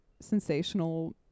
sensational